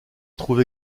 trouve